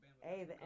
hey